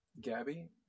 Gabby